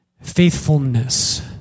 faithfulness